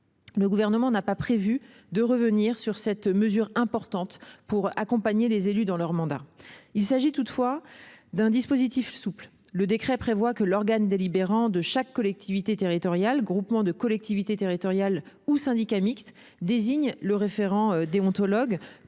Le Gouvernement n'a pas prévu de revenir sur cette mesure importante pour accompagner les élus dans leur mandat. Il s'agit toutefois d'un dispositif souple : le décret tend à ce que l'organe délibérant de chaque collectivité territoriale, groupement de collectivités territoriales ou syndicat mixte désigne le référent déontologue